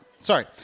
Sorry